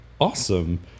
awesome